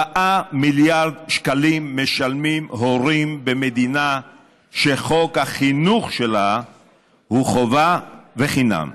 4 מיליארד שקלים משלמים הורים במדינה שחוק החינוך שלה הוא חובה וחינם.